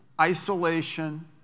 isolation